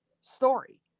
story